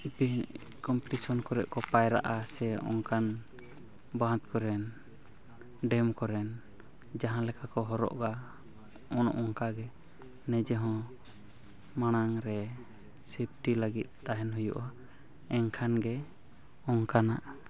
ᱛᱤᱦᱤᱧ ᱠᱚᱢᱯᱤᱴᱤᱥᱚᱱ ᱠᱚᱨᱮᱜ ᱠᱚ ᱯᱟᱭᱨᱟᱜᱼᱟ ᱥᱮ ᱚᱱᱠᱟᱱ ᱵᱟᱸᱫᱷᱠᱚᱨᱮᱱ ᱰᱮᱢ ᱠᱚᱨᱮᱱ ᱡᱟᱦᱟᱸ ᱞᱮᱠᱟ ᱠᱚ ᱦᱚᱨᱚᱜᱟ ᱚᱱ ᱚᱱᱠᱟᱜᱮ ᱱᱤᱡᱮᱦᱚᱸ ᱢᱟᱲᱟᱝᱨᱮ ᱥᱤᱯᱴᱤ ᱞᱟᱹᱜᱤᱫ ᱛᱟᱦᱮᱱ ᱦᱩᱭᱩᱜᱼᱟ ᱮᱱᱠᱷᱟᱱ ᱜᱮ ᱚᱱᱠᱟᱱᱟᱜ